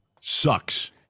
sucks